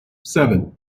seven